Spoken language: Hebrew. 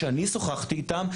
שאני שוחחתי איתם,